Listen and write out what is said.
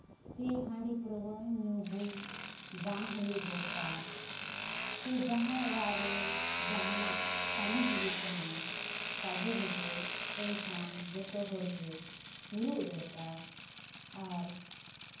ᱥᱮ ᱦᱟᱺᱰᱤ ᱯᱟᱹᱨᱣᱟᱹ ᱧᱩ ᱵᱩᱞ ᱵᱟᱝ ᱦᱩᱭᱩᱜ ᱫᱚᱨᱠᱟᱨ ᱠᱮ ᱡᱟᱦᱟᱸᱭ ᱚᱲᱟᱜ ᱨᱮ ᱡᱟᱦᱟᱱᱟᱜ ᱠᱟᱹᱢᱤ ᱦᱩᱭᱩᱜ ᱠᱟᱱᱟ ᱠᱟᱡᱮ ᱵᱷᱚᱡᱮ ᱮᱱᱠᱷᱟᱱ ᱡᱚᱛᱚ ᱦᱚᱲᱜᱮ ᱥᱩᱨᱩᱜ ᱫᱚᱨᱠᱟᱨ ᱟᱨ